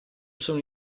sono